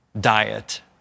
diet